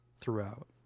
throughout